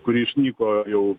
kuri išnyko jau